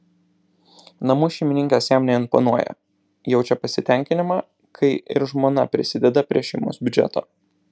namų šeimininkės jam neimponuoja jaučia pasitenkinimą kai ir žmona prisideda prie šeimos biudžeto